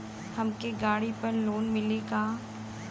हमके गाड़ी पर लोन मिली का?